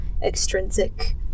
Extrinsic